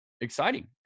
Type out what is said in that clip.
exciting